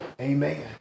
Amen